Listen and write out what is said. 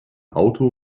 auto